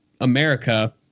America